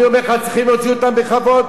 אני אומר לך שצריכים להוציא אותם בכבוד,